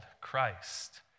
Christ